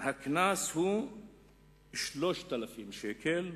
הקנס הוא 3,000 שקלים,